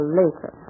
later